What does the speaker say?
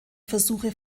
versuche